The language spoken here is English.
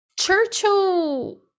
Churchill